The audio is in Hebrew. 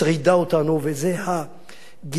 וזה גבעת המצוקות,